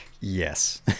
Yes